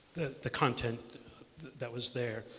the the content that was there.